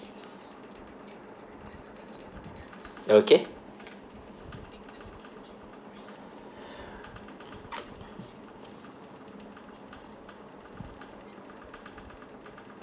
okay